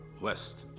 West